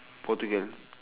portugal